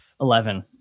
Eleven